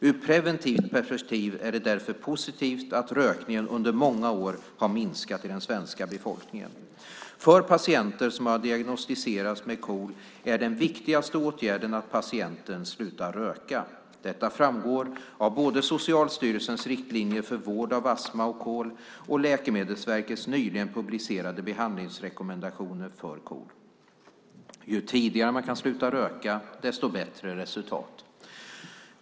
Ur ett preventivt perspektiv är det därför positivt att rökningen under många år har minskat i den svenska befolkningen. För patienter som har diagnostiserats med KOL är den viktigaste åtgärden att patienten slutar röka. Detta framgår av både Socialstyrelsens riktlinjer för vård av astma och KOL och Läkemedelsverkets nyligen publicerade behandlingsrekommendationer för KOL. Ju tidigare man kan sluta röka, desto bättre resultat.